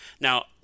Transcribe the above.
Now –